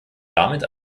damit